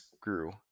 grew